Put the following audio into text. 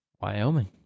Wyoming